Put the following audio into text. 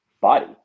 body